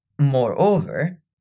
moreover